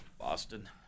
Boston